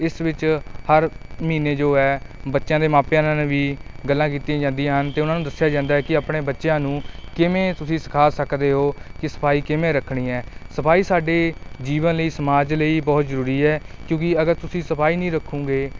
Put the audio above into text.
ਇਸ ਵਿੱਚ ਹਰ ਮਹੀਨੇ ਜੋ ਹੈ ਬੱਚਿਆਂ ਦੇ ਮਾਪਿਆਂ ਨਾਲ ਵੀ ਗੱਲਾਂ ਕੀਤੀਆਂ ਜਾਂਦੀਆਂ ਹਨ ਅਤੇ ਉਹਨਾਂ ਨੂੰ ਦੱਸਿਆ ਜਾਂਦਾ ਕਿ ਆਪਣੇ ਬੱਚਿਆਂ ਨੂੰ ਕਿਵੇਂ ਤੁਸੀਂ ਸਿਖਾ ਸਕਦੇ ਹੋ ਕਿ ਸਫਾਈ ਕਿਵੇਂ ਰੱਖਣੀ ਹੈ ਸਫਾਈ ਸਾਡੇ ਜੀਵਨ ਲਈ ਸਮਾਜ ਲਈ ਬਹੁਤ ਜ਼ਰੂਰੀ ਹੈ ਕਿਉਂਕਿ ਅਗਰ ਤੁਸੀਂ ਸਫਾਈ ਨਹੀਂ ਰੱਖੋਗੇ